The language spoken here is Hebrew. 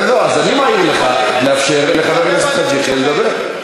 אז אני מעיר לך לאפשר לחבר הכנסת חאג' יחיא לדבר.